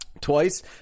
twice